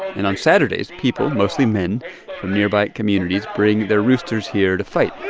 and on saturdays, people mostly men from nearby communities bring their roosters here to fight